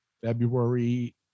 February